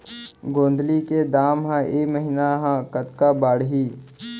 गोंदली के दाम ह ऐ महीना ह कतका बढ़ही?